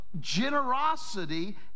generosity